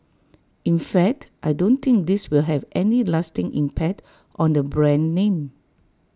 in fact I don't think this will have any lasting impact on the brand name